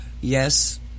yes